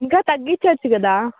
ఇంకా తగ్గిచచ్చు కదా